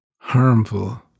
harmful